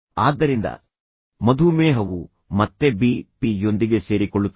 ಆದ್ದರಿಂದ ಮಧುಮೇಹವು ಮತ್ತೆ ಬಿ ಪಿ ಯೊಂದಿಗೆ ಸೇರಿಕೊಳ್ಳುತ್ತದೆ